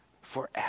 forever